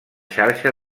xarxa